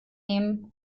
nehmen